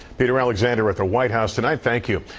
peter alexander, at the white house tonight, thank you.